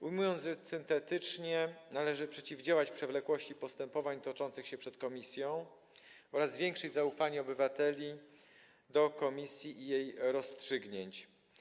Ujmując rzecz syntetycznie, należy przeciwdziałać przewlekłości postępowań toczących się przed komisją oraz zwiększyć zaufanie obywateli do komisji i jej rozstrzygnięć.